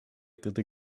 through